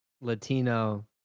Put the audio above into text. Latino